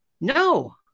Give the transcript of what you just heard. No